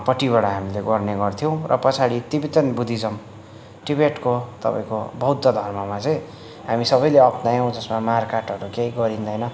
पट्टिबाट हामीले गर्ने गर्थ्यौँ र पछाडि टिबिटेन बुद्दिजम टिबेटको तपाईँको बौद्ध धर्ममा चाहिँ हामी सबैले अपनायौँ जसमा मारकाटहरू केही गरिँदैन